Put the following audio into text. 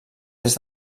des